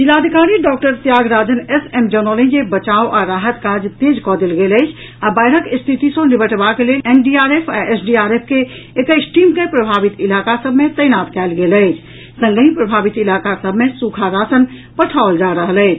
जिलाधिकारी doctor Thyagarajan S M जनौलनि जे बचाव आ राहत काज तेज कऽ देल गेल अछि आ बाढ़िक स्थिति सँ निबटबाक लेल एनडीआरएफ आ एसडीआरएफ के एकैस टीम के प्रभावित इलाका सभ मे तैनात कयल गेल अछि संगहि प्रभावित इलाका सभ मे सुखा राशन पठाओल जा रहल अछि